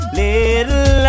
little